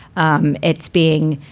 um it's being,